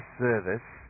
service